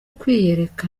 kwiyereka